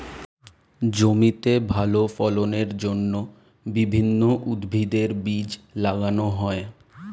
জমিতে ভালো ফলনের জন্য বিভিন্ন উদ্ভিদের বীজ লাগানো হয়